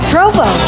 Provo